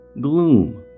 gloom